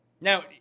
Now